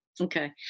Okay